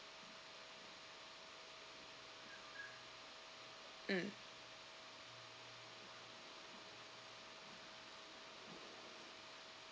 mm